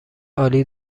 عالی